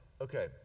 okay